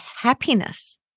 happiness